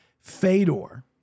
Fedor